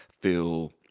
feel